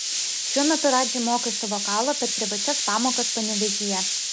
šiuo metu radži mokosi vokalo per privačias pamokas panevėžyje